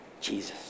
Jesus